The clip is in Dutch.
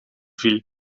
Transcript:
viel